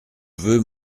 veux